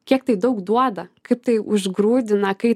kiek tai daug duoda kaip tai užgrūdina kai